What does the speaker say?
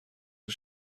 ist